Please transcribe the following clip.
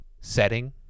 setting